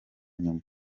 nyuma